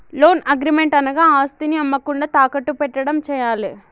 loan agreement అనగా ఆస్తిని అమ్మకుండా తాకట్టు పెట్టడం చేయాలే